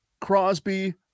Crosby